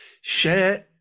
share